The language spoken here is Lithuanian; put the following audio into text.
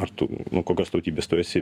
ar tu nu kokios tautybės tu esi